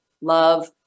love